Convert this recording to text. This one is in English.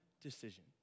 decision